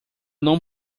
não